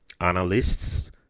analysts